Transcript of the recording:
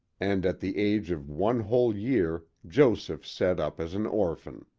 and at the age of one whole year joseph set up as an orphan.